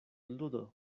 ludo